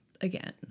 again